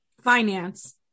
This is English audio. finance